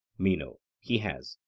meno he has.